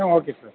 ah okay sir